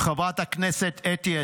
חברת הכנסת טלי גוטליב,